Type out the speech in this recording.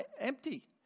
empty